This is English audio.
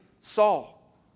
Saul